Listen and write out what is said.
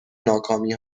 ناکامی